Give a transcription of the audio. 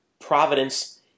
Providence